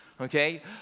okay